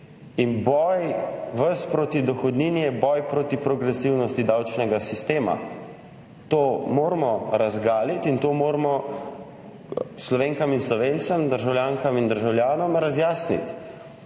Ves boj proti dohodnini je boj proti progresivnosti davčnega sistema. To moramo razgaliti in to moramo Slovenkam in Slovencem, državljankam in državljanom razjasniti.